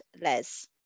Les